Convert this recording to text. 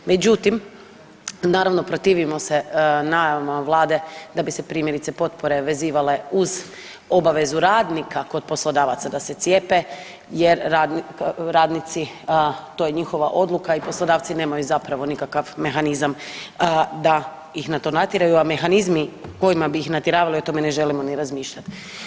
Međutim, naravno protivimo se najavama vlade da bi se primjerice potpore vezivale uz obavezu radnika kod poslodavaca da se cijepe jer radnici, to je njihova odluka i poslodavci nemaju zapravo nikakav mehanizam da ih na to natjeraju, a mehanizmi kojima bi ih natjeravali o tome ne želimo niti razmišljati.